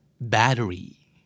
Battery